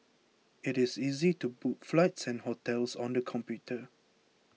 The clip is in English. it is easy to book flights and hotels on the computer